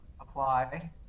Apply